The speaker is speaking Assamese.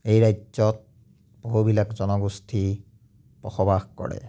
এই ৰাজ্যত বহুবিলাক জনগোষ্ঠী বসবাস কৰে